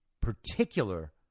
particular